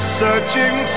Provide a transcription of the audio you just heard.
searching